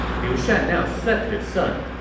liu shan now said to his son,